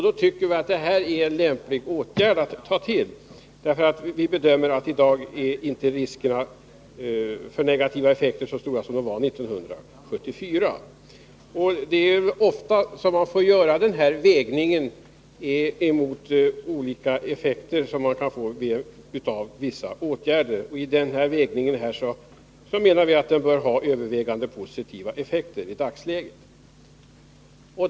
Då tycker vi att detta är en lämplig åtgärd att ta till, eftersom riskerna för negativa effekter inte är så stora i dag som de var 1974. Det är ofta man får göra denna vägning mellan olika effekter som man kan få av vissa åtgärder. I den vägning som vi här har gjort har vi kommit fram till att åtgärden bör ha övervägande positiva effekter i dagsläget.